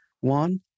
One